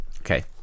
Okay